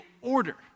order